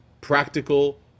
practical